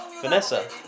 Vanessa